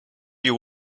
you